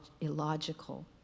illogical